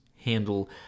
handle